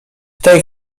tej